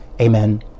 Amen